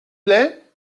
plaît